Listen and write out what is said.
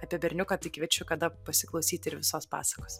apie berniuką tai kviečiu kada pasiklausyti ir visos pasakos